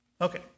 Okay